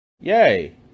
Yay